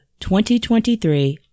2023